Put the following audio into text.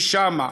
הוא שם,